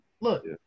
Look